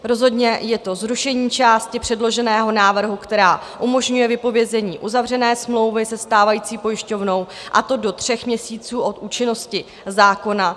Rozhodně je to zrušení části předloženého návrhu, která umožňuje vypovězení uzavřené smlouvy se stávající pojišťovnou, a to do tří měsíců od účinnosti zákona.